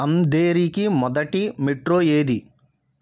అంధేరికి మొదటి మెట్రో ఏది